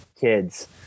kids